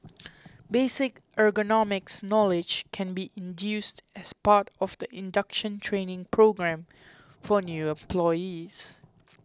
basic ergonomics knowledge can be included as part of the induction training programme for new employees